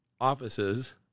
offices